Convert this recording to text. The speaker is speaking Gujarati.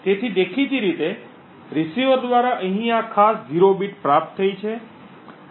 તેથી દેખીતી રીતે રીસીવર દ્વારા અહીં આ ખાસ 0 બીટ પ્રાપ્ત થઈ છે